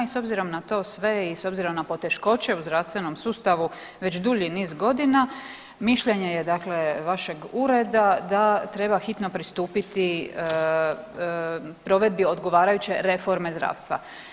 I s obzirom na to sve i s obzirom na poteškoće u zdravstvenom sustavu već dulji niz godina mišljenje je dakle vašeg ureda da treba hitno pristupiti provedbi odgovarajuće reforme zdravstva.